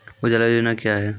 उजाला योजना क्या हैं?